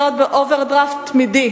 הכיבוש של 48'. הם רוצים להחזיר אותנו ל-47'.